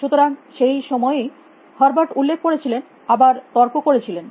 সুতরাং সেই সময়েই হার্বার্ট উল্লেখ করেছিলেন আবার তর্ক করেছিলেন